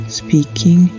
speaking